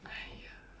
!haiya!